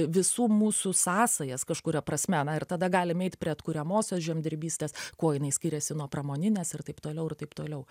visų mūsų sąsajas kažkuria prasme na ir tada galim eit prie atkuriamosios žemdirbystės kuo jinai skiriasi nuo pramoninės ir taip toliau ir taip toliau